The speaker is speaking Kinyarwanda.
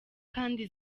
kandi